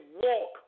walk